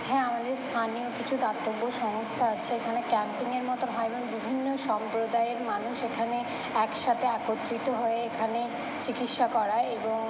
হ্যাঁ আমাদের স্থানীয় কিছু দাতব্য সংস্থা আছে এখানে ক্যাম্পিংয়ের মতোন হয় এবং বিভিন্ন সম্প্রদায়ের মানুষ এখানে একসাথে একত্রিত হয়ে এখানে চিকিৎসা করায় এবং